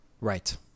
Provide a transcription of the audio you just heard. Right